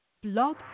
Blog